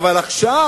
אבל עכשיו